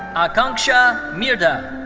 akanksha mirdha.